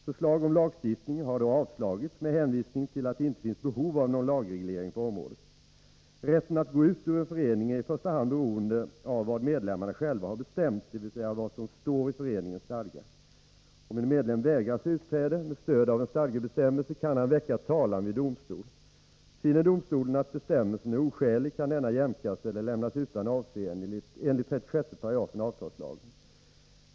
Förslag om lagstiftning har då avslagits med hänvisning till att det inte finns behov av någon lagreglering på området. Rätten att gå ut ur en förening är i första hand beroende av vad medlemmarna själva har bestämt, dvs. av vad som står i föreningens stadgar. Om en medlem vägras utträde med stöd av en stadgebestämmelse, kan han väcka talan vid domstol. Finner domstolen att bestämmelsen är oskälig, kan denna jämkas eller lämnas utan avseende enligt 36 § avtalslagen.